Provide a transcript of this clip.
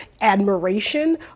admiration